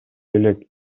элек